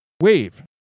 wave